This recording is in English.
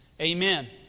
Amen